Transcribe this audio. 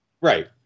Right